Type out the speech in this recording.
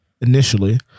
initially